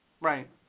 Right